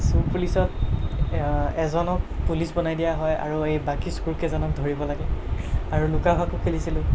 চোৰ পুলিচত এজনক পুলিচ বনাই দিয়া হয় আৰু বাকী চোৰ কেইজনক ধৰিব লাগে আৰু লুকা ভাকু খেলিছিলোঁ